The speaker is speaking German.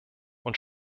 und